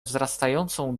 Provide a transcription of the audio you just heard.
wzrastającą